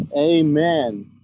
Amen